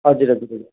हजुर हजुर हजुर